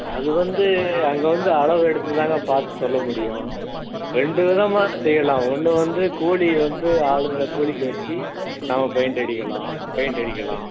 அது வந்து அங்கே வந்து அளவெடுத்து தாங்க பார்த்து சொல்ல முடியும் ரெண்டு விதமாக செய்யலாம் ஒன்று வந்து கூலி வந்து ஆளுங்களை கூலிக்கு வச்சு நாம பெயின்ட் அடிக்கலாம் பெயின்ட் அடிக்கலாம்